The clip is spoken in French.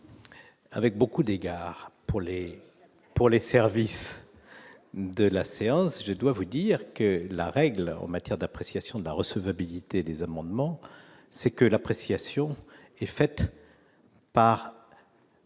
Avec beaucoup d'égard pour les, pour les services de la séance, je dois vous dire que la règle en matière d'appréciation de la recevabilité des amendements, c'est que l'appréciation est faite.